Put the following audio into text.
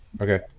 Okay